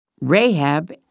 Rahab